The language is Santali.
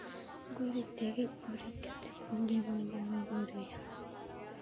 ᱜᱩᱨᱤᱡ ᱛᱮ ᱜᱮᱡ ᱜᱩᱨᱤᱡ ᱠᱟᱛᱮ ᱜᱮᱵᱚᱱ ᱵᱚᱸᱜᱟᱼᱵᱳᱨᱳᱭᱟ